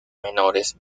menores